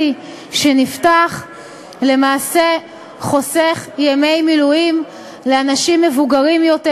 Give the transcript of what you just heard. שנפתח למעשה חוסך ימי מילואים לאנשים מבוגרים יותר,